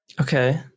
Okay